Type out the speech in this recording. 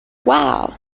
wow